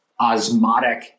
osmotic